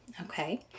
Okay